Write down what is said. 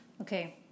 Okay